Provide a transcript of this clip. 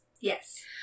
Yes